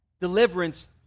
Deliverance